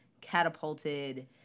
catapulted